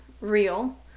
real